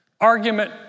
Argument